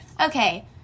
Okay